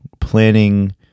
planning